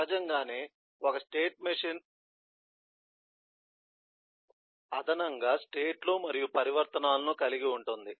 సహజంగానే ఒక స్టేట్ మెషిన్ప్రధానంగా స్టేట్ లు మరియు పరివర్తనాలను కలిగి ఉంటుంది